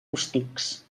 rústics